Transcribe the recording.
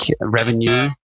revenue